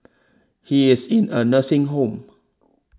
he is in a nursing home